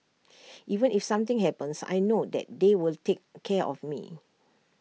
even if something happens I know that they will take care of me